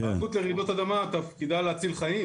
ועדת היגוי לרעידות אדמה תפקידה להציל חיים,